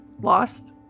lost